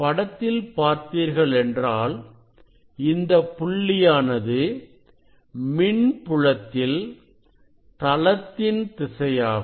படத்தில் பார்த்தீர்களென்றால் இந்த புள்ளியானது மின்புலத்தில் தளத்தின் திசையாகும்